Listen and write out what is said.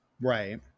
Right